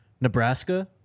nebraska